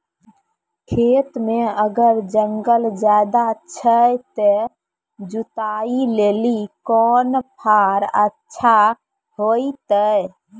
खेत मे अगर जंगल ज्यादा छै ते जुताई लेली कोंन फार अच्छा होइतै?